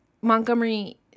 Montgomery